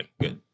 Good